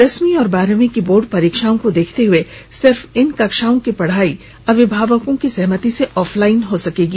दसवीं और बारहवीं की बोर्ड परीक्षाओं को देखते हुए सिर्फ इन कक्षाओं की पढ़ाई अभिभावकों की सहमति से ऑफलाइन हो सकेगी